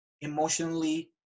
emotionally